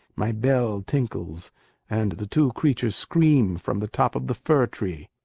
my bell tinkles and the two creatures scream from the top of the fir-tree.